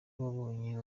wabonye